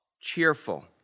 Cheerful